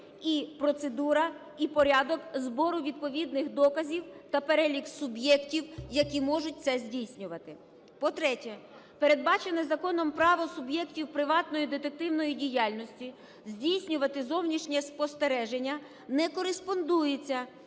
і процедура і порядок збору відповідних доказів та перелік суб'єктів, які можуть це здійснювати. По-третє, передбачене законом право суб'єктів приватної детективної діяльності здійснювати зовнішнє спостереження не кореспондується